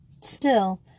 Still